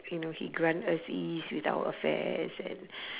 you know he grant us ease with our affairs and